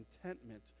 contentment